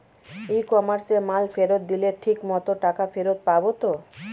ই কমার্সে মাল ফেরত দিলে ঠিক মতো টাকা ফেরত পাব তো?